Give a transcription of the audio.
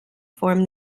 form